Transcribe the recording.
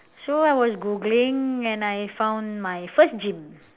so I was googling and I found my first gym